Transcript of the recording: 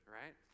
right